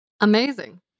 Amazing